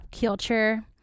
culture